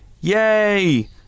Yay